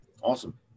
Awesome